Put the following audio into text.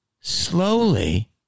slowly